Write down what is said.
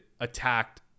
attacked